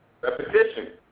Repetition